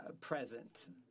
present